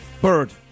Bird